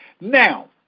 Now